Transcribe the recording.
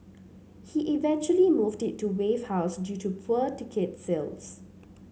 he eventually moved it to Wave House due to poor ticket sales